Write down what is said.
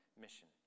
mission